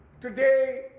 today